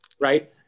Right